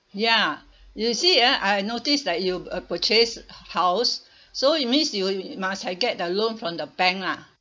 ya you see ah I notice that you uh purchase house so it means you must get the loan from the bank lah